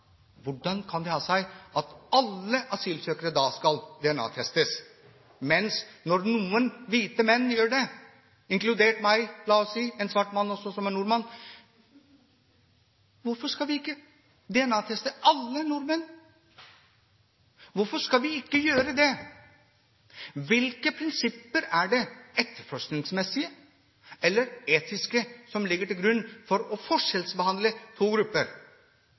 alle asylsøkere DNA-testes. Men når noen hvite menn gjør det, inkludert meg, la oss si, en svart mann som også er nordmann, hvorfor skal vi ikke DNA-teste alle nordmenn? Hvorfor skal vi ikke gjøre det? Hvilke prinsipper er det, etterforskningsmessige eller etiske, som ligger til grunn for å forskjellsbehandle to grupper?